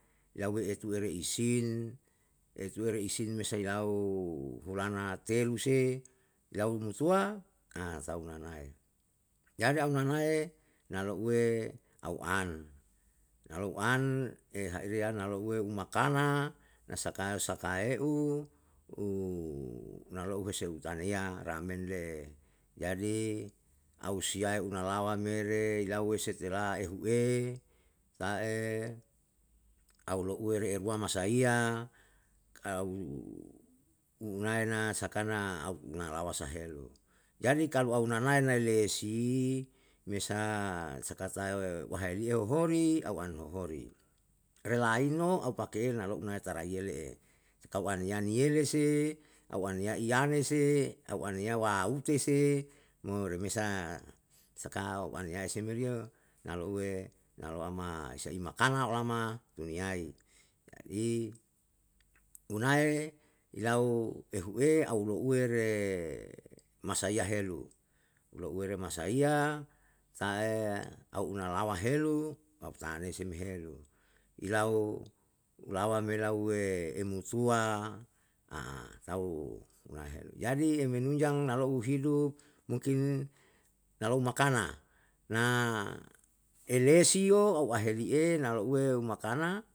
Yae tuere isin, etuere sin me sai lau hulana telu se lau mutua tau nanae. Jadi au nanae nalouwe au an, na lou an ehaire ana louwe umakana na sakae sakaheu, u nalou hese utaniya ramen le'e. Jadi au siyae unaawa me re ilaue setelah ehue, tae, aulouwe erua masaiya, au unae na sakana au unalawa sahelu. Jadi kalu au nanae nai lesi mesa saka tae waheriya horia au an hori, relain no au pake'e nalo na taraiye le'e, tau an niyele'e se, au an iyane se, au an ya waute se, mo remesa saka au an yai se meri yo, nalouwe, na louama isa'i makana louama duniyai. Jadi unae ilau heue au louwe re masaiya helu, louwe re masaiya ta'e au unalawa helu, tau tanei si helu, ilau lawa me lauwe emutua tau nahelu. Jadi emenunjang nalou ihidup mungkin nalou makana, na elesiyo au ahelie nalouwe umakana